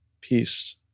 Peace